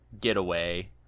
getaway